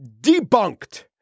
debunked